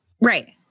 Right